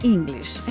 English